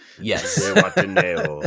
yes